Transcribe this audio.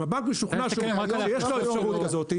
אם הבנק משוכנע שיש לו אפשרות כזאת.